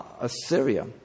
Assyria